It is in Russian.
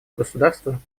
государства